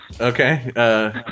Okay